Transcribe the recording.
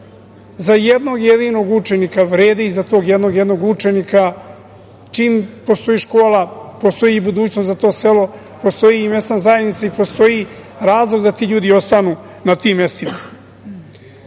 Za jednog jedinog učenika vredi i za tog jednog jedinog učenika, čim postoji škola, postoji i budućnost za to selo, postoji i mesna zajednica i postoji razlog da ti ljudi ostanu na tim mestima. Dok